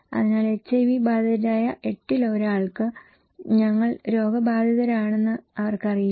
അതിനാൽ എച്ച്ഐവി ബാധിതരായ 8 ൽ ഒരാൾക്ക് തങ്ങൾ രോഗബാധിതരാണെന്ന് അവർക്കറിയില്ല